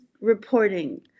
reporting